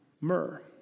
myrrh